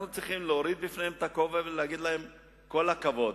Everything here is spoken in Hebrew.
אנחנו צריכים להוריד בפניהם את הכובע ולהגיד להם כל הכבוד.